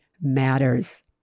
matters